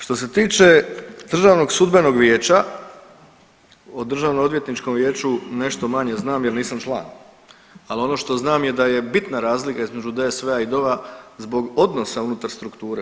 Što se tiče Državnog sudbenog vijeća, o Državnoodvjetničkom vijeću nešto manje znam jer nisam član, ali ono što znam je da je bitna razlika između DSV-a i DOV-a zbog odnosa unutar strukture.